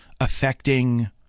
affecting